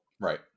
Right